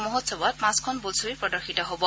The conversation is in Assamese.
মহোৎসৱত পাঁচখন বোলছবি প্ৰদৰ্শিত হব